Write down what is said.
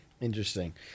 interesting